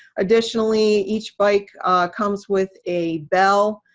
additionally, each bike comes with a bell,